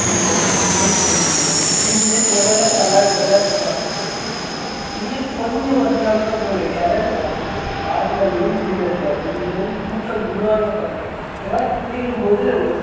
பிடிக்கிறது தூண்டில் போட்டுப் பிடிக்கிறது கையிலேயே சில பேர்லாம் துலாவி துலாவி பிடிப்பாங்க நீர் கொஞ்சம் வற்றினால் கூட போதும் இறங்கிருவோம் ஆற்றுல மீன் பிடிக்கிறதுக்கு ஐயய்யோ கூட்டம் கூடுவாங்க பாருங்கள் இந்த மாதிரி பிடிக்கும்போது